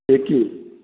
एक ही